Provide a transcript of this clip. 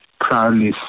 Proudly